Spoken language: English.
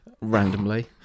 randomly